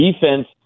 defense